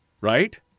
Right